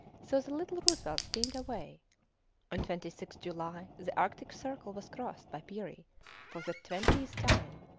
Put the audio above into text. so the little roosevelt steamed away on twenty sixth july the arctic circle was crossed by peary for the twentieth time,